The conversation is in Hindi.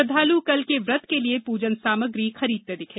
श्रद्दालु कल के व्रत के लिए पूजन सामग्री खरीदते दिखे